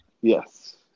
Yes